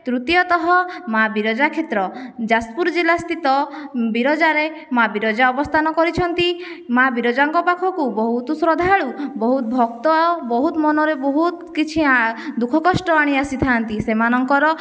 ତୃତୀୟତଃ ମା' ବିରଜା କ୍ଷେତ୍ର ଯାଜପୁର ଜିଲ୍ଲା ସ୍ଥିତ ବିରଜାରେ ମା' ବିରଜା ଅବସ୍ଥାନ କରିଛନ୍ତି ମା' ବିରଜାଙ୍କ ପାଖକୁ ବହୁତ ଶ୍ରଦ୍ଧାଳୁ ବହୁତ ଭକ୍ତ ଆଉ ବହୁତ ମନରେ ବହୁତ କିଛି ଦୁଃଖକଷ୍ଟ ଆଣି ଆସିଥାନ୍ତି ସେମାନଙ୍କର